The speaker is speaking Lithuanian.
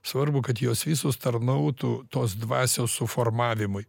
svarbu kad jos visos tarnautų tos dvasios suformavimui